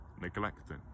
neglecting